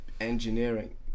engineering